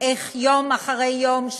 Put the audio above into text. איך יום אחרי יום,